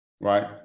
right